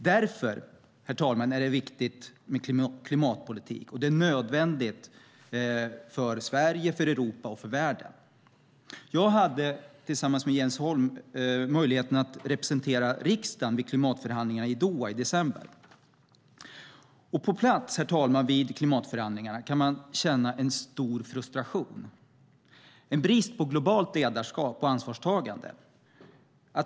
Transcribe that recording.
Därför, herr talman, är det viktigt med klimatpolitik, och det är nödvändigt för Sverige, för Europa och för världen. Jag hade tillsammans med Jens Holm möjligheten att representera riksdagen vid klimatförhandlingarna i Doha i december. På plats vid klimatförhandlingarna, herr talman, kan man känna en stor frustration, en brist på globalt ledarskap och ansvarstagande.